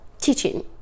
teaching